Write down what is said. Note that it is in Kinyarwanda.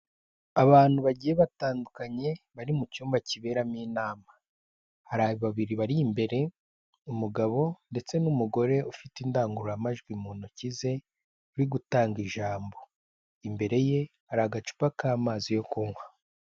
Abantu bagiye batandukanye bari mu cyumba kiberamo inama hari babiri bari imbere umugabo ndetse n'umugore ufite indangururamajwi mu ntoki ze uri gutanga ijambo imbere ye hari agacupa k'amazi yo kunywa.